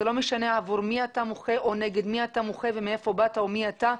זה לא משנה עבור מי אתה מוחה או נגד מי אתה מוחה ומהיכן באת ומי אתה.